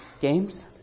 Games